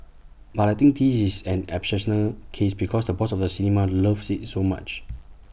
but I think this is an exceptional case because the boss of the cinema loves IT so much